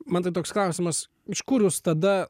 man tai toks klausimas iš kur jūs tada